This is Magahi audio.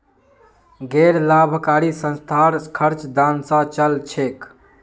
गैर लाभकारी संस्थार खर्च दान स चल छेक